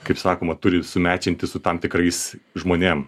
kaip sakoma turi sumečenti su tam tikrais žmonėm